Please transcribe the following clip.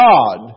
God